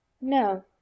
No